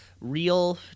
real